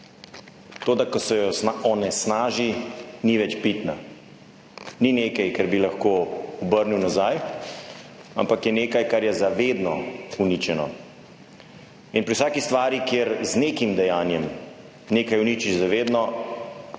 To, da ko se jo onesnaži, ni več pitna, ni nekaj, kar bi lahko obrnil nazaj, ampak je nekaj, kar je za vedno uničeno. In pri vsaki stvari, kjer z nekim dejanjem nekaj uniči za vedno,